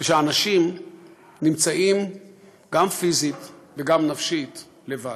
ושהאנשים נמצאים בהם, גם פיזית וגם נפשית, לבד.